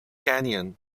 canyon